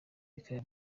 bikaba